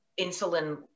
insulin